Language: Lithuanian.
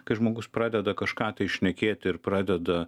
kai žmogus pradeda kažką tai šnekėti ir pradeda